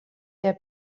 der